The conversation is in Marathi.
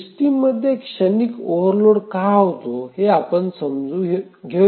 सिस्टममध्ये क्षणिक ओव्हरलोड का होतो हे आपण समजू या